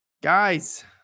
Guys